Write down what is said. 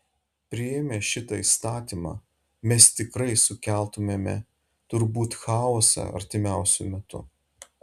priėmę šitą įstatymą mes tikrai sukeltumėme turbūt chaosą artimiausiu metu